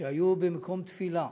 שהיו במקום תפילה,